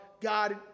God